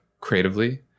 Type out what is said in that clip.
creatively